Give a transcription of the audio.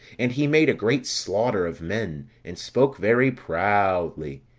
and he made a great slaughter of men, and spoke very proudly.